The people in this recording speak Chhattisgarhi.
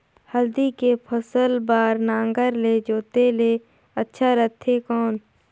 हल्दी के फसल बार नागर ले जोते ले अच्छा रथे कौन?